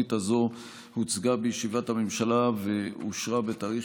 והתוכנית הזו הוצגה בישיבת הממשלה ואושרה בתאריך